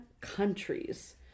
countries